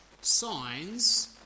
signs